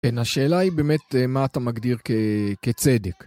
כן, השאלה היא באמת מה אתה מגדיר כצדק.